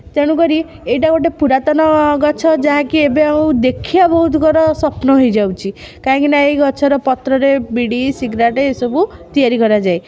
ତେଣୁକରି ଏଇଟା ଗୋଟେ ପୁରାତନ ଗଛ ଯାହାକି ଏବେ ଆଉ ଦେଖିବା ବହୁତ କର ସ୍ଵପ୍ନ ହେଇଯାଉଛି କାଇଁକି ନା ଏହି ଗଛର ପତ୍ରରେ ବିଡ଼ି ସିଗ୍ରାଟେ ଏସବୁ ତିଆରି କରାଯାଏ